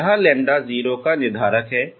यह λ 0 का निर्धारक है